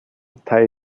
tai